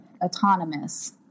autonomous